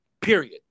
Period